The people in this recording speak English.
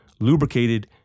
lubricated